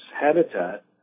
habitat